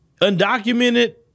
undocumented